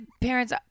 parents